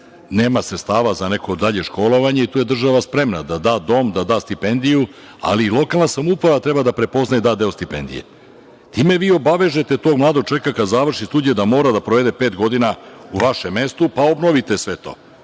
nema sredstava za neko dalje školovanje i tu je država spremna da da dom, da da stipendiju ali i lokalna samouprava treba da prepozna i da deo stipendije. Time vi obavežete tog mladog čoveka kada završi studije da mora da provede pet godina u vašem mestu, pa obnovite sve to.I